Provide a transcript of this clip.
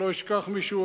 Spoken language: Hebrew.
שלא אשכח מישהו,